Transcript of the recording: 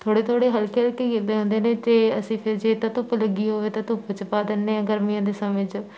ਥੋੜ੍ਹੇ ਥੋੜ੍ਹੇ ਹਲਕੇ ਹਲਕੇ ਗਿੱਲੇ ਹੁੰਦੇ ਨੇ ਅਤੇ ਅਸੀਂ ਫਿਰ ਜੇ ਤਾਂ ਧੁੱਪ ਲੱਗੀ ਹੋਵੇ ਤਾਂ ਧੁੱਪ 'ਚ ਪਾ ਦਿੰਦੇ ਹਾਂ ਗਰਮੀਆਂ ਦੇ ਸਮੇਂ 'ਚ